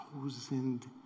thousand